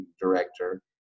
Director